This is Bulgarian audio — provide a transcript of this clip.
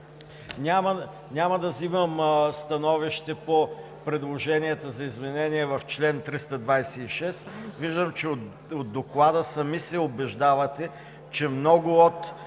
Няма да взимам становище по предложенията за изменение в чл. 326. Виждам, че от Доклада сами се убеждавате, че много от